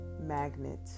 Magnet